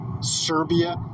Serbia